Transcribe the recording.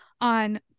on